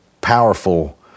powerful